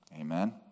Amen